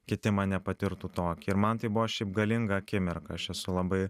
kiti mane patirtų tokį ir man tai buvo šiaip galinga akimirka aš esu labai